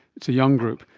it's a young group.